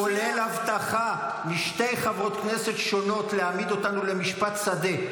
-- כולל הבטחה משתי חברות כנסת שונות להעמיד אותנו למשפט שדה.